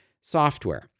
software